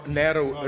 narrow